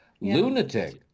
lunatic